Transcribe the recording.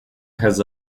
has